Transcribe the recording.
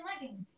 leggings